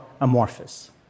amorphous